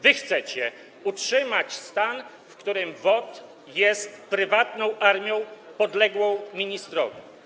Wy chcecie utrzymać stan, w którym WOT jest prywatną armią podległą ministrowi.